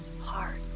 heart